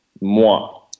moi